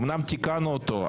אמנם תיקנו אותו,